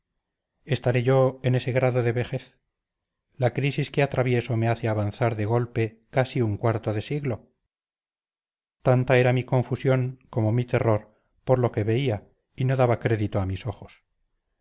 estaré yo en ese grado de vejez la crisis que atravieso me hace avanzar de golpe casi un cuarto de siglo tanta era mi confusión como mi terror por lo que veía y no daba crédito a mis ojos